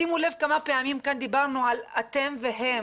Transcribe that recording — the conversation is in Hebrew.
שימו לב כמה פעמים כאן דיברנו על אתם והם,